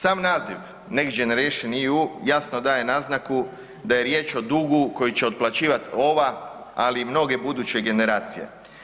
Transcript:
Sam naziv „Next Generation EU“ jasno daje naznaku da je riječ o dugu koji će otplaćivati ova, ali i mnoge buduće generacije.